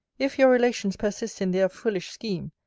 if your relations persist in their foolish scheme,